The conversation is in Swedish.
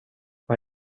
vad